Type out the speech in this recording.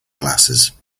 glasses